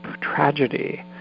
tragedy